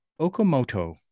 Okamoto